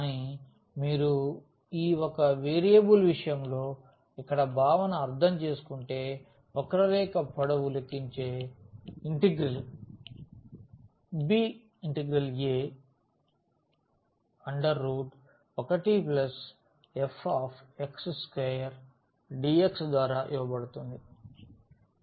కానీ మీరు ఈ ఒక వేరియబుల్ విషయంలో ఇక్కడ భావన అర్థం చేసుకుంటే వక్ర రేఖ పొడవు లెక్కించే ఇంటిగ్రల్ ab1fx2dxద్వారా ఇవ్వబడుతుంది